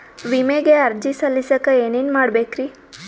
ವಿಮೆಗೆ ಅರ್ಜಿ ಸಲ್ಲಿಸಕ ಏನೇನ್ ಮಾಡ್ಬೇಕ್ರಿ?